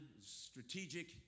strategic